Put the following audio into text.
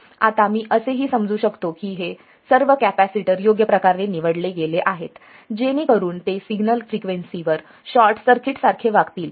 आता मी असेही समजू शकतो की सर्व कॅपेसिटर योग्य प्रकारे निवडले गेले आहेत जेणेकरून ते सिग्नल फ्रिक्वेन्सीवर शॉर्ट सर्किट्स सारखे वागतील